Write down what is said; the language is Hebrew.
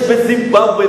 יש בזימבבווה,